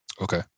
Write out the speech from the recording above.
Okay